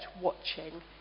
watching